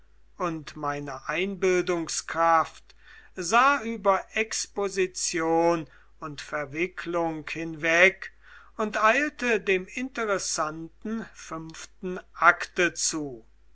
und meine einbildungskraft sah über exposition und verwicklung hinweg und eilte dem interessanten fünften akte zu